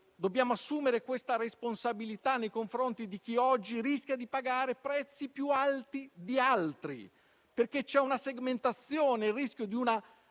dobbiamo assumere questa responsabilità nei confronti di chi oggi rischia di pagare prezzi più alti di altri, perché c'è una segmentazione e il rischio di un